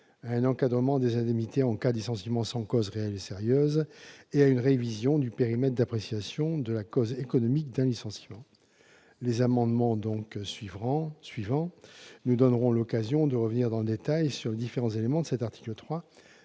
à un encadrement des dommages et intérêts en cas de licenciement sans cause réelle et sérieuse et à une révision du périmètre d'appréciation de la cause économique d'un licenciement. Les amendements suivants nous donneront l'occasion de revenir en détail sur les différents éléments de l'article 3,